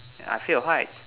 I scared of heights